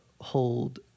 hold